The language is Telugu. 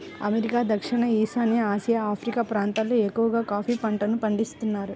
అమెరికా, దక్షిణ ఈశాన్య ఆసియా, ఆఫ్రికా ప్రాంతాలల్లో ఎక్కవగా కాఫీ పంటను పండిత్తారంట